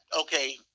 okay